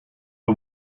the